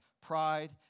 Pride